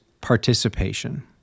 participation